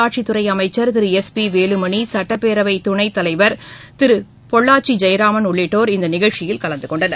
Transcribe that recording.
உள்ளாட்சித் துறை அமைச்சர் திரு எஸ் பி வேலுமணி சட்டப்பேரவை துணை தலைவர் திரு பொள்ளாச்சி ஜெயராமன் உள்ளிட்டோர் இந்த நிகழ்ச்சியில் கலந்துகொண்டனர்